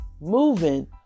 Moving